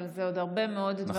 אבל זה עוד הרבה מאוד דברים בפנים.